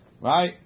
Right